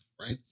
right